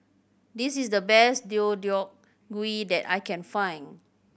this is the best Deodeok Gui that I can find